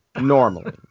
normally